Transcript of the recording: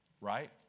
right